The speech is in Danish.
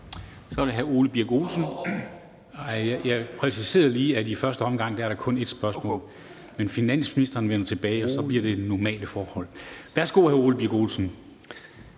Så er det hr. Ole Birk Olesen. Jeg præciserer lige, at i første omgang er der kun et spørgsmål. Men finansministeren vender tilbage, og så bliver det normale forhold. Værsgo, hr. Ole Birk Olesen.